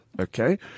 okay